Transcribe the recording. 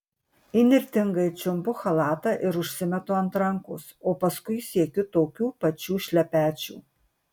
įnirtingai čiumpu chalatą ir užsimetu ant rankos o paskui siekiu tokių pačių šlepečių